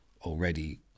already